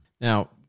now